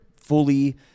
fully